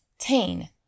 Tain